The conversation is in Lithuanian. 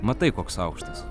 matai koks aukštas